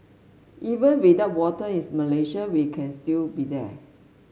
even without winter in Malaysia we can still be there